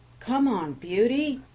come on, beauty,